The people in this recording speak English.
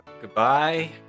Goodbye